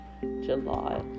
July